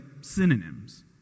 synonyms